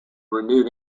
renewed